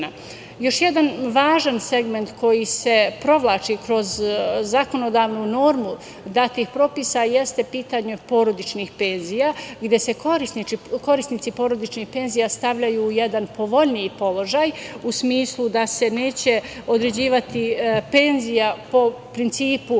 jedan važan segment koji se provlači kroz zakonodavnu normu datih propisa jeste pitanje porodičnih penzija gde se korisnici porodičnih penzija stavljaju u jedan povoljniji položaj u smislu da se neće određivati penzija po principu